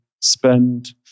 spend